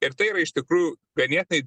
ir tai yra iš tikrųjų ganėtinai